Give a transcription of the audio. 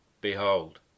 Behold